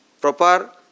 proper